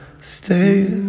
stay